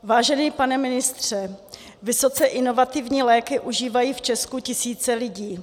Vážený pane ministře, vysoce inovativní léky užívají v Česku tisíce lidí.